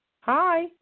Hi